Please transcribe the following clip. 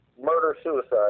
murder-suicide